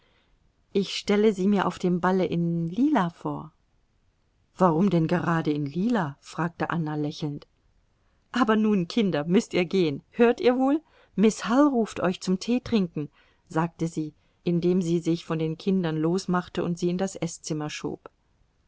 ich stelle sie mir auf dem balle in lila vor warum denn gerade in lila fragte anna lächelnd aber nun kinder müßt ihr gehen hört ihr wohl miß hull ruft euch zum teetrinken sagte sie indem sie sich von den kindern losmachte und sie in das eßzimmer schob